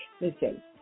listen